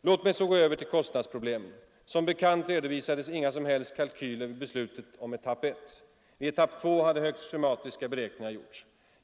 Jag går så över till kostnadsproblemen. Som bekant redovisades inga som helst kalkyler vid beslutet om etapp 1. Vid etapp 2 hade högst schematiska beräkningar gjorts.